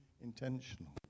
intentional